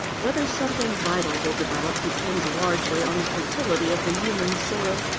whether something vital will develop depends largely on the fertility of the human soil,